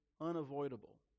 unavoidable